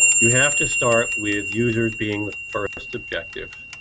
you have to start with users being the first objective